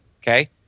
Okay